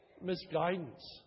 misguidance